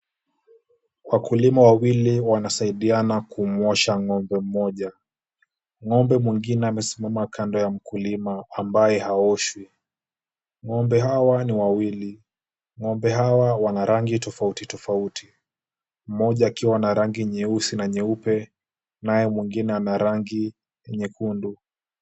Wakulima wawili wanasaidiana kumwosha ng'ombe mmoja.Ng'ombe mwingine amesimama kando ya mkulima ambaye haoshwi.Ng'ombe hawa ni wawili, ng'ombe hawa wana rangi tofauti tofauti, mmoja akiwa na rangi nyeusi na nyeupe naye mwingine ana rangi nyekundu.